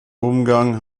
umgang